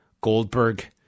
Goldberg